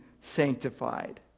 sanctified